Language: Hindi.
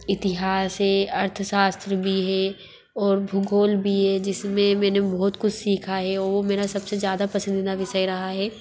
इतिहास है अर्थशास्त्र भी है और भूगोल भी है जिस में मैंने बहुत कुछ सीखा है वो मेरा सब से ज़्यादा पसंदीद विषय रहा हैं